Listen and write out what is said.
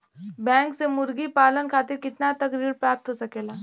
Bank से मुर्गी पालन खातिर कितना तक ऋण प्राप्त हो सकेला?